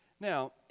Now